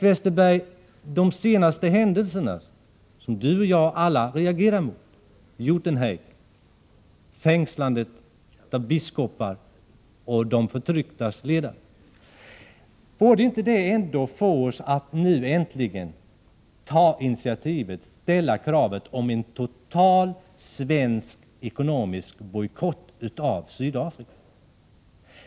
Men de senaste händelserna, som Bengt Westerberg, jag och alla andra reagerar emot — Uitenhage, fängslandet av biskopar och de förtrycktas ledare — borde väl ändå få oss att nu äntligen ta ett initiativ och ställa krav på en total svensk ekonomisk bojkott av Sydafrika.